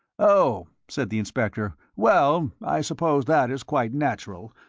oh, said the inspector. well, i suppose that is quite natural,